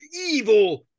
evil